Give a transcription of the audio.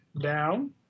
down